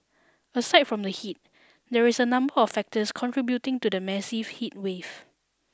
aside from the heat there are a number of factors contributing to the massive heatwave